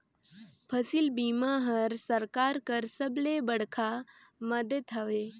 फसिल बीमा हर सरकार कर सबले बड़खा मदेत हवे